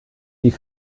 die